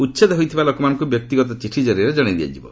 ଉଚ୍ଛେଦ ହୋଇଥିବା ଲୋକମାନଙ୍କୁ ବ୍ୟକ୍ତିଗତ ଚିଠି ଜରିଆରେ ଜଣାଇ ଦିଆଯିବ